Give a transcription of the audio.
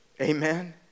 Amen